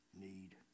need